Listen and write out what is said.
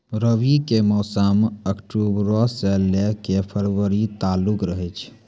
रबी के मौसम अक्टूबरो से लै के फरवरी तालुक रहै छै